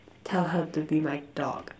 tell her to be my dog